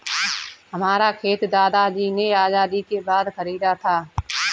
हमारा खेत दादाजी ने आजादी के बाद खरीदा था